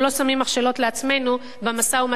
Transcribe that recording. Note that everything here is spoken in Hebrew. חבר הכנסת בן-ארי.